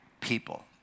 people